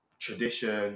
Tradition